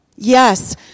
Yes